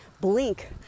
blink